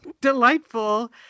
delightful